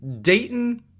Dayton